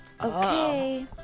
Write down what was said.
Okay